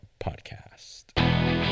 Podcast